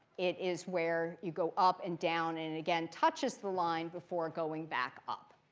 it is where you go up and down and again touches the line before going back up.